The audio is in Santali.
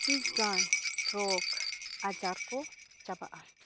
ᱟᱹᱰᱤᱜᱟᱱ ᱨᱳᱜᱽ ᱟᱡᱟᱨ ᱠᱚ ᱪᱟᱵᱟᱜᱼᱟ